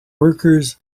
workers